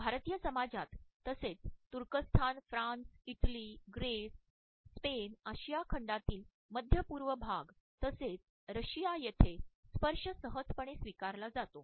भारतीय समाजात तसेच Turkasthan France Italy Greece Spain Asia खंडातील मध्य पूर्व भाग तसेच रशिया येथे स्पर्श सहजपणे स्वीकारला जातो